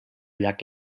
llac